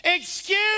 excuse